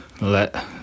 let